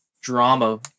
drama